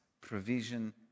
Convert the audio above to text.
provision